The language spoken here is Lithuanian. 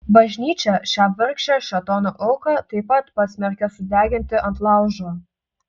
bažnyčia šią vargšę šėtono auką taip pat pasmerkia sudeginti ant laužo